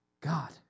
God